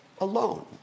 alone